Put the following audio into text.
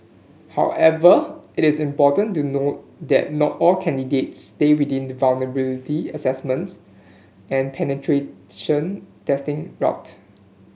however it is important to note that not all candidates stay within the vulnerability assessment and penetration testing route